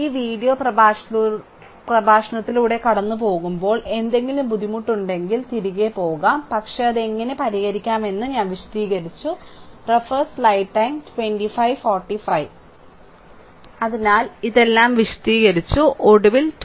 ഈ വീഡിയോ പ്രഭാഷണത്തിലൂടെ കടന്നുപോകുമ്പോൾ എന്തെങ്കിലും ബുദ്ധിമുട്ടുണ്ടെങ്കിൽ തിരികെ പോകാം പക്ഷേ അത് എങ്ങനെ പരിഹരിക്കാമെന്ന് ഞാൻ വിശദീകരിച്ചു അതിനാൽ ഇതെല്ലാം വിശദീകരിച്ചു ഒടുവിൽ 2